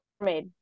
made